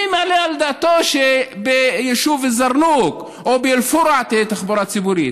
מי מעלה על דעתו שביישוב א-זרנוק או באל-פורעה תהיה תחבורה ציבורית?